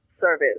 Service